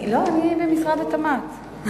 לא, אני במשרד התמ"ת.